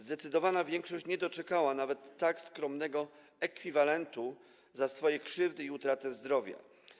Zdecydowana większość nie doczekała nawet tak skromnego ekwiwalentu za swoje krzywdy i utratę zdrowia.